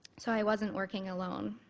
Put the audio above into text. so i wasn't working alone.